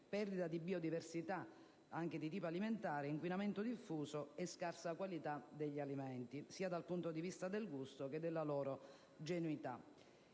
perdita di biodiversità anche di tipo alimentare, inquinamento diffuso e scarsa qualità degli alimenti, sia dal punto di vista del gusto che da quello della loro genuinità.